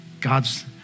God's